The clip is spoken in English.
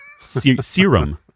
Serum